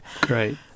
Great